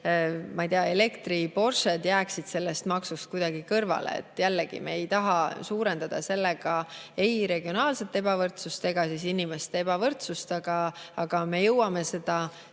ma ei tea, elektri-Porsched – jääksid sellest maksust kuidagi kõrvale. Jällegi, me ei taha suurendada sellega ei regionaalset ebavõrdsust ega inimeste ebavõrdsust. Aga me jõuame seda